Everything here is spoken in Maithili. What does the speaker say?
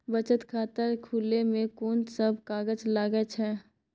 बचत खाता खुले मे कोन सब कागज लागे छै?